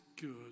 good